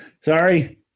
Sorry